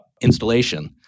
installation